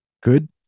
good